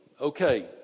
Okay